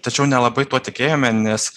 tačiau nelabai tuo tikėjome nes